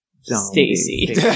Stacy